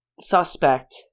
suspect